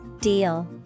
Deal